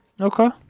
Okay